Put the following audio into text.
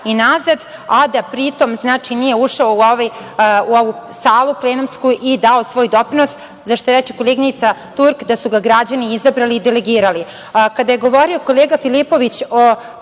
i nazad, a da pri tom nije ušao u ovu salu plenumsku i dao svoj doprinos za šta, reče koleginica Turk, su ga građani izabrali i delegirali. Kada je govorio kolega Filipović o